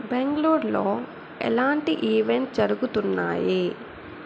బెంగుళూర్లో ఎలాంటి ఈవెంట్ జరుగుతున్నాయి